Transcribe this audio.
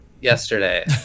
yesterday